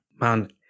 Man